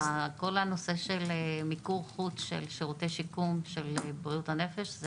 כל הנושא של מיקור חוץ של שירותי שיקום של בריאות הנפש זה